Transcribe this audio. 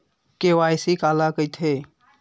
KYC काला कइथे?